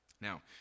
Now